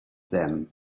them